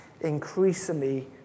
increasingly